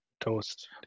toast